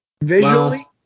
Visually